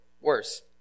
worse